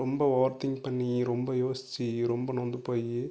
ரொம்ப over think பண்ணி ரொம்ப யோசித்து ரொம்ப நொந்துப் போய்